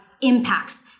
impacts